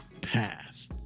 path